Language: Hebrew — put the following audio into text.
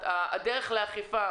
הדרך לאכיפה,